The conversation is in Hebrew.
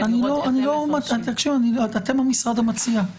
אתם המשרד המציע.